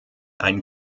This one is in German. ein